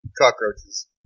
cockroaches